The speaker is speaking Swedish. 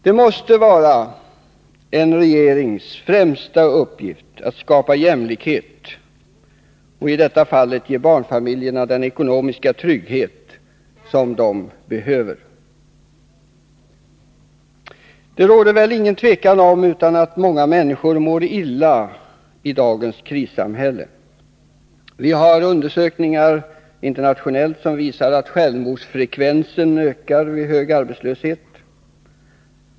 Det måste vara en av regeringens främsta uppgifter att skapa jämlikhet och, i detta fall, ge barnfamiljerna den ekonomiska trygghet som de behöver. Det råder väl inget tvivel om att många människor mår illa i dagens krissamhälle. Internationella undersökningar visar att självmordsfrekvensen ökar vid hög arbetslöshet.